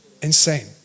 insane